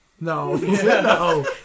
No